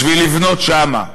בשביל לבנות שם.